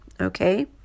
okay